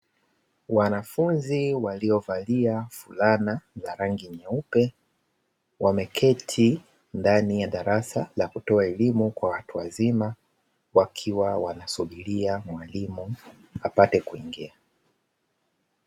Wanafunzi waliovalia fulana za rangi nyeupe, wameketi ndani ya darasa la kutoa elimu kwa watu wazima, wakiwa wanasubiria mwalimu apate kuingia.